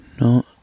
No